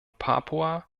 papua